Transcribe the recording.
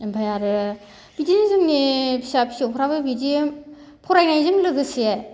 ओमफाय आरो बिदिनो जोंनि फिसा फिसौफ्राबो बिदि फरायनायजों लोगोसे